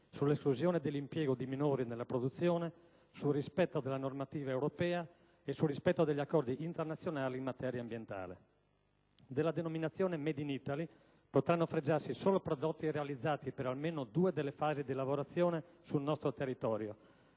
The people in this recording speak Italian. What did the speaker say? sull'esclusione dell'impiego di minori nella produzione, sul rispetto della normativa europea e sul rispetto degli accordi internazionali in materia ambientale. Della denominazione «*made in Italy»* potranno fregiarsi solo prodotti realizzati per almeno due delle fasi di lavorazione sul nostro territorio,